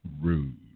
Rude